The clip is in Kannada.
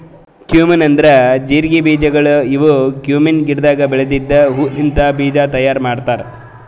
ಕ್ಯುಮಿನ್ ಅಂದುರ್ ಜೀರಿಗೆ ಬೀಜಗೊಳ್ ಇವು ಕ್ಯುಮೀನ್ ಗಿಡದಾಗ್ ಬೆಳೆದಿದ್ದ ಹೂ ಲಿಂತ್ ಬೀಜ ತೈಯಾರ್ ಮಾಡ್ತಾರ್